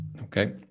Okay